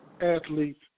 athletes